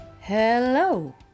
Hello